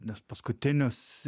nes paskutinius